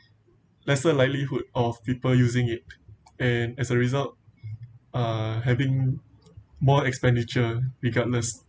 lesser likelihood of people using it and as a result uh having more expenditure regardless